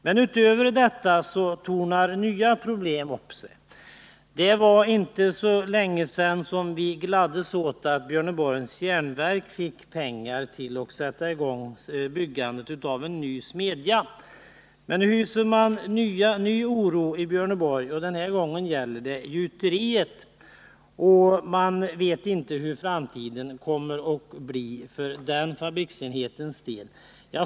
Men därutöver tornar nya problem upp sig. Det var inte så länge sedan som vi gladdes åt att Björneborgs Jernverk fick pengar för att sätta i gång byggandet av en ny smedja. Men nu hyser man återigen oro i Björneborg, och den här gången gäller det gjuteriet. Man vet inte hur framtiden kommer att bli för den fabriksenhetens del.